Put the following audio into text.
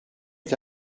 est